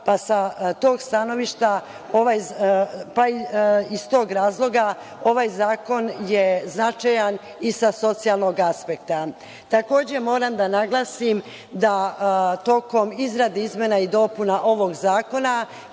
i smanjenju siromaštva pa iz tog razloga ovaj zakon je značajan i sa socijalnog aspekta. Takođe moram da naglasim da tokom izrade izmena i dopuna ovog zakona